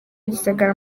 gisagara